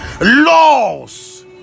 laws